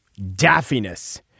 daffiness